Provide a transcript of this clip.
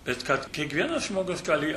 bet kad kiekvienas žmogus gali